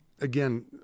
again